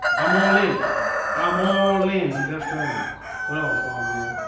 i'm all-in i'm all-in that's trending what else aw man.